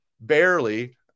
barely